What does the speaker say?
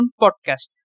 podcast